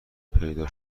پیدا